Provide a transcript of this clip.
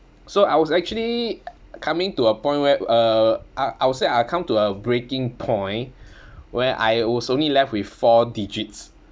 so I was actually coming to a point where uh I I would say I come to a breaking point where I was only left with four digits